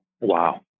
Wow